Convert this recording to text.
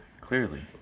clearly